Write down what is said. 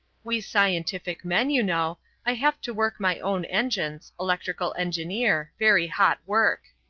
we scientific men, you know i have to work my own engines electrical engineer very hot work.